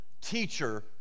teacher